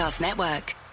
Network